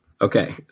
okay